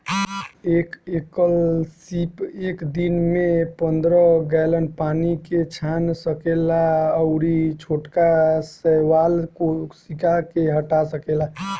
एक एकल सीप एक दिन में पंद्रह गैलन पानी के छान सकेला अउरी छोटका शैवाल कोशिका के हटा सकेला